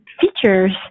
features